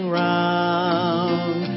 round